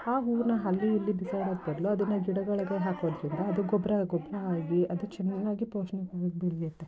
ಆ ಹೂವನ್ನ ಅಲ್ಲಿ ಇಲ್ಲಿ ಬಿಸಾಡೋದು ಬದಲು ಅದನ್ನು ಗಿಡಗಳಿಗೆ ಹಾಕೋದರಿಂದ ಅದು ಗೊಬ್ಬರ ಗೊಬ್ಬರ ಆಗಿ ಅದು ಚೆನ್ನಾಗಿ ಪೋಷಣೆ ಬೆಳೆಯತ್ತೆ